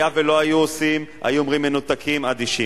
היה ולא היו עושים, היו אומרים: מנותקים, אדישים.